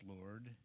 Lord